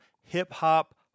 hip-hop